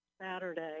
Saturday